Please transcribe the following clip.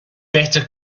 better